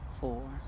four